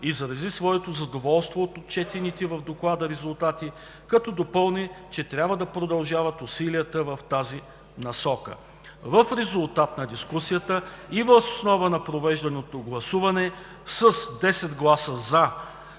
изрази своето задоволство от отчетените в Доклада резултати, като допълни, че трябва да продължат усилията в тази посока. В резултат на дискусията и въз основа на проведеното гласуване с 10 гласа „за“,